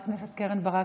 חברת הכנסת קרן ברק,